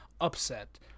upset